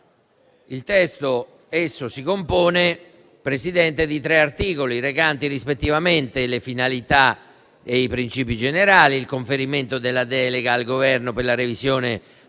Il testo si compone, Presidente, di tre articoli, recanti rispettivamente le finalità e i principi generali, il conferimento della delega al Governo per la revisione